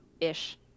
ish